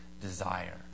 desire